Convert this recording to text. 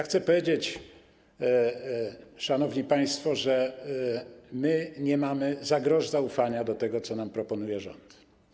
Chcę powiedzieć, szanowni państwo, że my nie mamy za grosz zaufania do tego, co nam proponuje rząd.